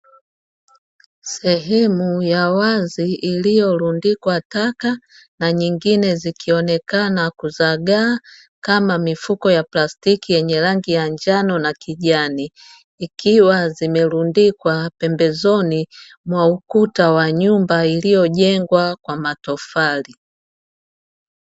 Sehemu ya wazi iliyorundikwa taka na nyingine zikionekana kuzagaa, kama mifuko ya plastiki yenye rangi ya njano na kijani ikiwa zimerundikwa pembezoni mwa ukuta wa nyumba iliojengwa kwa matofari.